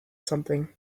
something